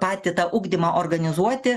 patį tą ugdymą organizuoti